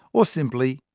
or simply,